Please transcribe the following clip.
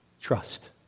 Trust